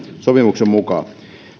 sopimuksen mukaan